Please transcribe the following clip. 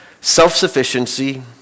self-sufficiency